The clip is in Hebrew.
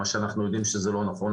מה שאנחנו יודעים שזה לא נכון,